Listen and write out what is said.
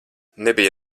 nebija